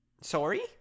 Sorry